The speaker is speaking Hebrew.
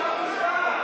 שלוש הבשורות,